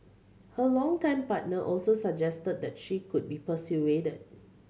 her longtime partner also suggested that she could be persuaded